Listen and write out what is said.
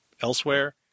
elsewhere